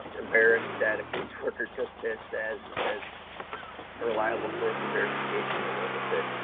embarrassed that a caseworker took this as, as a reliable source of verification and went with it.